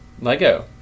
Lego